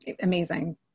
amazing